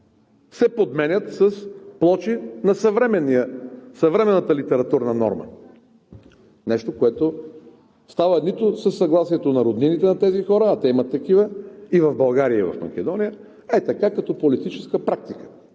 се подменят с плочи на съвременната литературна норма, нещо, което става нито със съгласието на роднините на тези хора, а те имат такива и в България, и в Македония, ей така като политическа практика.